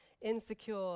insecure